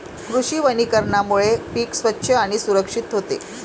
कृषी वनीकरणामुळे पीक स्वच्छ आणि सुरक्षित होते